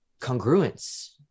congruence